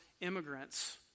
immigrants